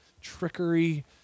trickery